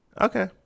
Okay